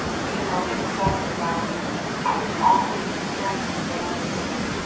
you know? it's so much about i was always comparing and despairing. and, like,